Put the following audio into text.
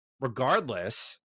Regardless